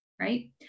right